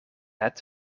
het